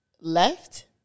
left